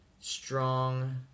strong